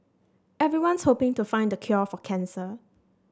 everyone's hoping to find the cure for cancer